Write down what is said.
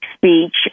speech